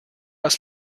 aus